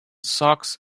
socks